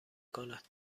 کند